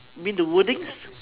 you mean the wordings